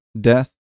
death